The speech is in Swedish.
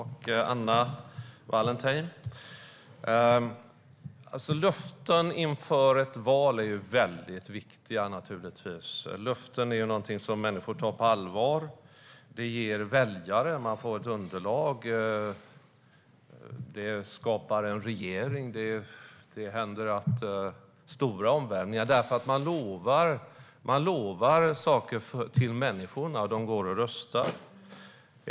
Herr talman! Löften inför ett val är naturligtvis mycket viktiga. Löften är någonting som människor tar på allvar. Det ger väljare, och man får ett underlag att skapa en regering. Man ger löften till människor, och de går och röstar.